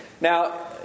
Now